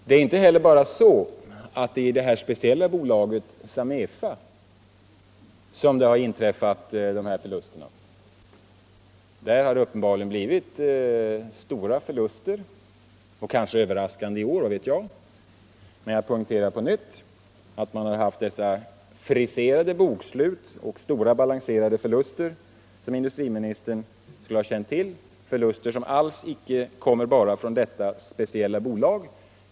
Det är inte heller bara i det här speciella bolaget, Samefa, som det har inträffat förluster. Där har det uppenbarligen blivit stora förluster —- kanske överraskande i år, vad vet jag — men jag poängterar på nytt att man har haft dessa friserade bokslut och stora balanserade förluster som industriministern borde ha känt till, förluster som alls icke kommer bara från detta speciella bolag.